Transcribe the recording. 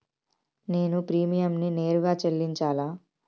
నేను ప్రీమియంని నేరుగా చెల్లించాలా?